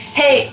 hey